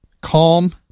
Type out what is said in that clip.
Calm